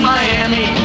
Miami